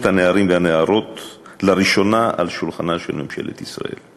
הנערים והנערות לראשונה על שולחנה של ממשלת ישראל.